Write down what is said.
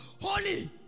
Holy